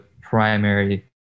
primary